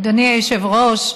אדוני היושב-ראש,